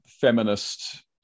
feminist